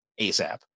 ASAP